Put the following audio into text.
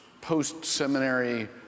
post-seminary